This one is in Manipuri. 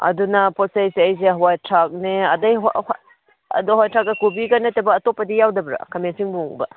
ꯑꯗꯨꯅ ꯄꯣꯠ ꯆꯩꯁꯦ ꯑꯩꯁꯦ ꯍꯋꯥꯏꯊ꯭ꯔꯥꯛꯅꯦ ꯑꯗꯩ ꯑꯗꯣ ꯍꯋꯥꯏꯊ꯭ꯔꯥꯛꯀ ꯀꯣꯕꯤꯒ ꯅꯠꯇꯕ ꯑꯇꯣꯞꯄꯗꯤ ꯌꯥꯎꯗꯕ꯭ꯔ ꯈꯥꯃꯦꯟ ꯑꯁꯤꯟꯕꯒꯨꯝꯕ